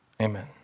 Amen